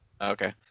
Okay